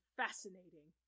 fascinating